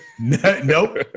Nope